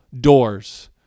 doors